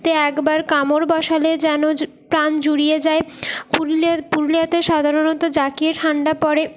তে একবার কামড় বসালে যেন প্রাণ জুড়িয়ে যায় পুরুলিয়াতে সাধারণত জাঁকিয়ে ঠান্ডা পড়ে